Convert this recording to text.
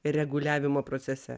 reguliavimo procese